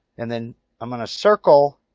and then i'm going to circle